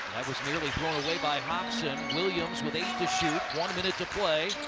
was nearly thrown away by hobson. williams with eight to shoot, one minute to play.